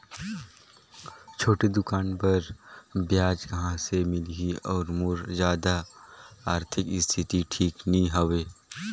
छोटे दुकान बर ब्याज कहा से मिल ही और मोर जादा आरथिक स्थिति ठीक नी हवे?